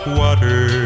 water